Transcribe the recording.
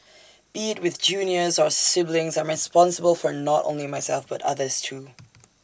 be IT with juniors or siblings I'm responsible for not only myself but others too